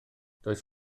does